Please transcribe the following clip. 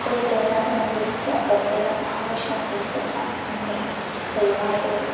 पूरिजगन्नाथमन्दिरस्य बद्रीनाथः महाष्णुमन्दिरस्य च अनन्तरं गुरुवायूर्